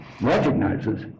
recognizes